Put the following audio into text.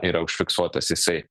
yra užfiksuotas jisai